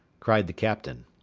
cried the captain.